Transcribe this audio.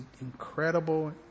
incredible